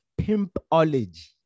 Pimpology